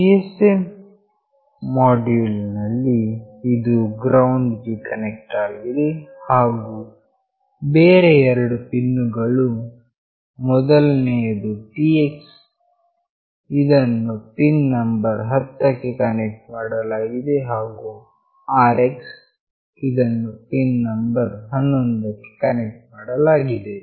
GSM module ನಲ್ಲಿ ಇದು GND ಗೆ ಕನೆಕ್ಟ್ ಆಗಿದೆ ಹಾಗು ಬೇರೆ 2 ಪಿನ್ ಗಳು ಮೊದಲನೆಯದು Tx ಇದನ್ನು ಪಿನ್ ನಂಬರ್ 10 ಕ್ಕೆ ಕನೆಕ್ಟ್ ಮಾಡಲಾಗಿದೆ ಹಾಗು Rx ಅನ್ನು ಪಿನ್ ನಂಬರ್ 11 ಕ್ಕೆ ಕನೆಕ್ಟ್ ಮಾಡಲಾಗಿದೆ